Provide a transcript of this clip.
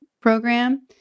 program